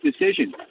decision